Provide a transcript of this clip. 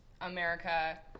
America